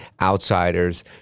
outsiders